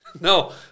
No